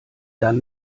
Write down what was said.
dann